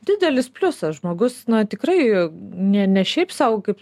didelis pliusas žmogus na tikrai ne ne šiaip sau kaip